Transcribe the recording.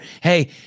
Hey